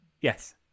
Yes